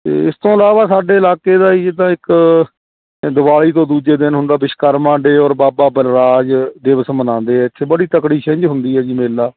ਅਤੇ ਇਸ ਤੋਂ ਇਲਾਵਾ ਸਾਡੇ ਇਲਾਕੇ ਦਾ ਜਿੱਦਾਂ ਇੱਕ ਦੀਵਾਲੀ ਤੋਂ ਦੂਜੇ ਦਿਨ ਹੁੰਦਾ ਵਿਸ਼ਕਰਮਾ ਡੇ ਔਰ ਬਾਬਾ ਬਲਰਾਜ ਦਿਵਸ ਮਨਾਉਂਦੇ ਆ ਇੱਥੇ ਬੜੀ ਤਕੜੀ ਛਿੰਝ ਹੁੰਦੀ ਹੈ ਜੀ ਮੇਲਾ